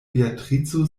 beatrico